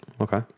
Okay